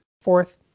fourth